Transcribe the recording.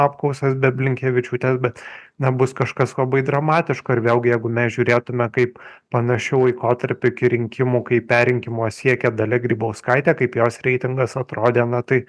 apklausas be blinkevičiūtės bet nebus kažkas labai dramatiško ir vėlgi jeigu mes žiūrėtume kaip panašiu laikotarpiu iki rinkimų kai perrinkimo siekia dalia grybauskaitė kaip jos reitingas atrodė na tai